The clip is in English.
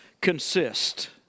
consist